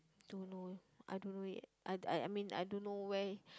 don't know I don't know yet I I I mean I don't know where